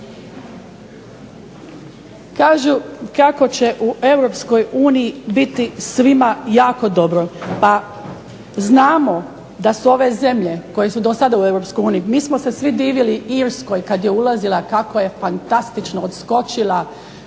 Kažu kako će u Europskoj uniji biti svima jako dobro. Pa znamo da su ove zemlje koje su do sada u Europskoj uniji, mi smo se svi divili Irskoj kad je ulazila kako je fantastično odskočila,